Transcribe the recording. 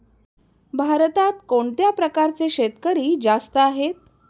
भारतात कोणत्या प्रकारचे शेतकरी जास्त आहेत?